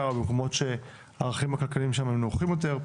או על מקומות שהערכים הכלכליים שם הם נמוכים יותר.